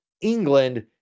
England